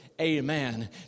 amen